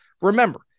Remember